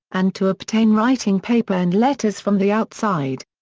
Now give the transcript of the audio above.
and to obtain writing paper and letters from the outside.